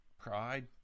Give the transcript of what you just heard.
pride